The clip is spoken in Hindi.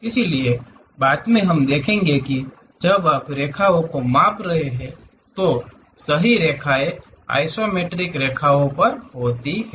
इसलिए बाद में हम देखेंगे कि जब आप रेखाओं को माप रहे हैं तो सही रेखाएँ आइसोमेट्रिक रेखाओं पर होती हैं